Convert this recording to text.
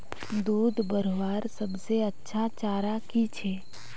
दूध बढ़वार सबसे अच्छा चारा की छे?